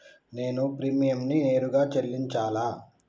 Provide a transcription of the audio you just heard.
నేను ప్రీమియంని నేరుగా చెల్లించాలా?